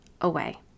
away